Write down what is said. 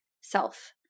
self